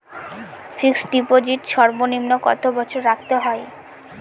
Fixed deposit সর্বনিম্ন কত বছর রাখতে হয়?